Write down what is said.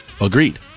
Agreed